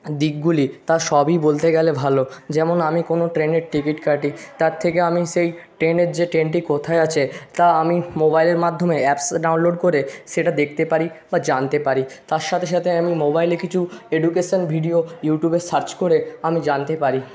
দিকগুলি তা সবই বলতে গেলে ভালো যেমন আমি কোনো ট্রেনের টিকিট কাটি তার থেকে আমি সেই ট্রেনের যে ট্রেনটি কোথায় আছে তা আমি মোবাইলের মাধ্যমে অ্যাপস ডাউনলোড করে সেটা দেখতে পারি বা জানতে পারি তার সাথে সাথে আমি মোবাইলে কিছু এডুকেশান ভিডিও ইউটিউবে সার্চ করে আমি জানতে পারি